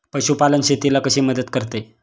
पशुपालन शेतीला कशी मदत करते?